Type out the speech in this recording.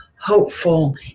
hopeful